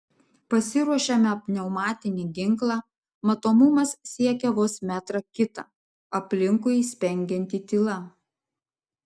pasiruošiame pneumatinį ginklą matomumas siekia vos metrą kitą aplinkui spengianti tyla